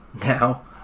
Now